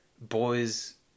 boys